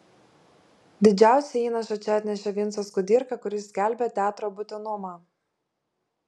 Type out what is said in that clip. didžiausią įnašą čia atnešė vincas kudirka kuris skelbė teatro būtinumą